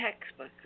textbook